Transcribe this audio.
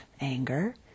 anger